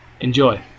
enjoy